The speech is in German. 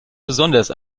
besonders